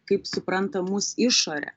kaip supranta mus išorė